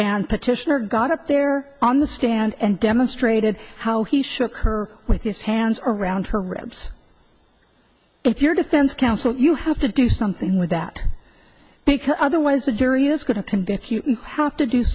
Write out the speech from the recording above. and petitioner got up there on the stand and demonstrated how he shook her with his hands around her ribs if your defense counsel you have to do something with that because otherwise a jury is going to convict you have to do